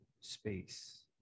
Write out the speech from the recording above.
space